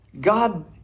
God